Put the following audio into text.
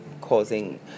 causing